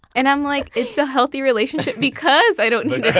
and i'm like, it's a healthy relationship because i don't need